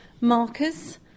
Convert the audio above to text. markers